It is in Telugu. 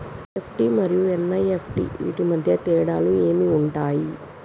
ఇ.ఎఫ్.టి మరియు ఎన్.ఇ.ఎఫ్.టి వీటి మధ్య తేడాలు ఏమి ఉంటాయి?